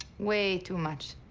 way too much.